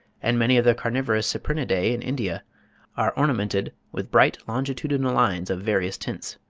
and many of the carnivorous cyprinidae in india are ornamented with bright longitudinal lines of various tints.